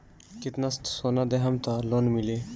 कितना सोना देहम त लोन मिली?